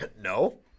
No